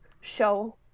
show